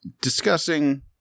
Discussing